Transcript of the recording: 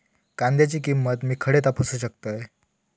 कांद्याची किंमत मी खडे तपासू शकतय?